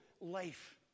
life